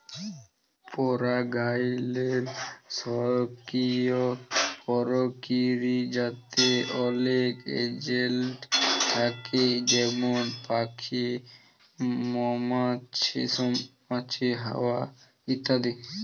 পারাগায়লের সকিরিয় পরকিরিয়াতে অলেক এজেলট থ্যাকে যেমল প্যাখি, মমাছি, হাওয়া ইত্যাদি